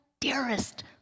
dearest